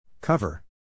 Cover